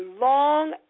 long